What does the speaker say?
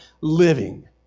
living